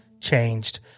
changed